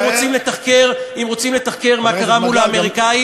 אם רוצים לתחקר מה קרה מול האמריקנים,